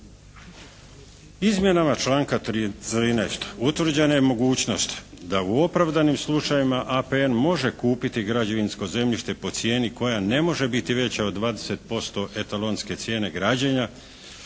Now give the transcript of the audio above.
Izmjenama članka 13. utvrđena je mogućnost da u opravdanim slučajevima APN može kupiti građevinsko zemljište po cijeni koja ne može biti veća od 20% etalonske cijene građenja